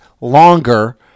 longer